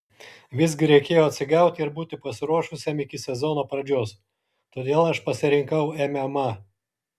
visgi reikėjo atsigauti ir būti pasiruošusiam iki sezono pradžios todėl aš pasirinkau mma